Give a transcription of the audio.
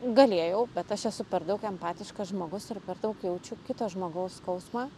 galėjau bet aš esu per daug empatiškas žmogus ir per daug jaučiu kito žmogaus skausmą